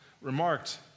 remarked